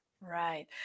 Right